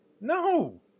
No